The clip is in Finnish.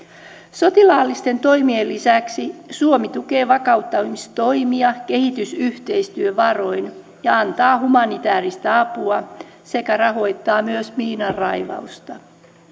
sotilaallisten toimien lisäksi suomi tukee vakauttamistoimia kehitysyhteistyövaroin ja antaa humanitääristä apua sekä rahoittaa myös miinanraivausta